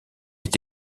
est